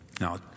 Now